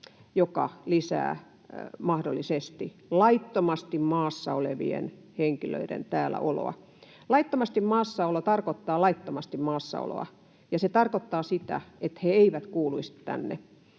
joka lisää mahdollisesti laittomasti maassa olevien henkilöiden täällä oloa? Laittomasti maassaolo tarkoittaa laittomasti maassaoloa. Ja se tarkoittaa sitä, että he eivät kuuluisi tänne.